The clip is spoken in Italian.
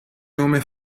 nome